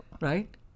right